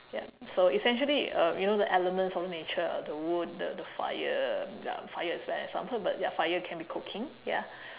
yup so essentially uh you know the elements of nature the wood the the fire ya fire is bad example but fire can be cooking ya